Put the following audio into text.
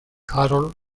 harold